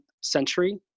century